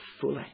fully